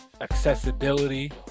accessibility